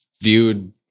viewed